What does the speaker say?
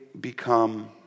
become